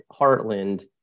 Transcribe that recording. Heartland